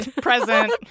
present